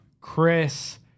Chris